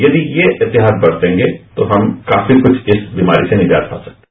यदि ये एहतियात बरतेंगें तो हम काफी कुछ इस बीमारी से निजात पा सकते हैं